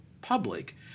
public